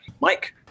Mike